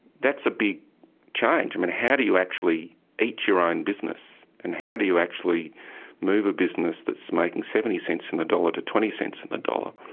that's a big change. i mean, how do you actually eat your own business? and how do you actually move a business that's making seventy cents in the dollar to twenty cents in the dollar,